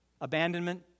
Abandonment